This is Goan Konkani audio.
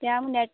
त्या आम